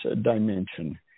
dimension